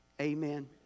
Amen